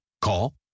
Call